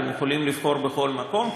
אתם יכולים לבחור בכל מקום.